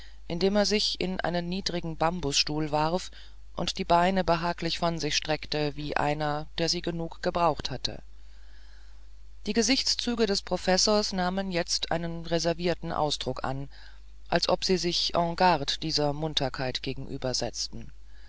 indem er sich in einen niedrigen bambusstuhl warf und die beine behaglich von sich streckte wie einer der sie genug gebraucht hat die gesichtszüge des professors nahmen jetzt einen reservierten ausdruck an als ob sie sich en garde dieser munterkeit gegenüber setzten